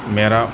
میرا